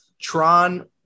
Tron